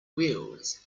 wheels